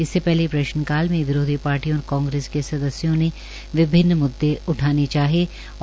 इससे पहले प्रश्न काल में विरोधी पार्टियों और कांग्रेस के सदस्यों ने विभिन्न मुद्दे उठाने शुरू किए